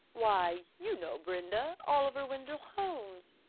why, you know, brenda, oliver wendell holmes?